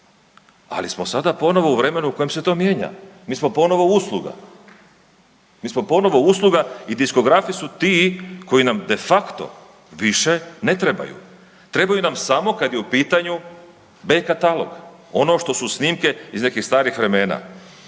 Ali smo sada ponovo u vremenu u kojem se to mijenja, mi smo ponovo usluga. Mi smo ponovo usluga i diskografi su ti koji nam de facto više ne trebaju. Trebaju nam samo kad je u pitanju B katalog. Ono što su snimke iz nekih starih vremena.